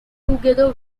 together